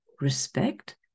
respect